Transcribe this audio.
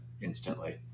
instantly